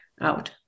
out